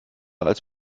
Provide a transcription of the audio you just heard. als